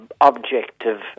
objective